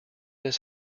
his